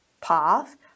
path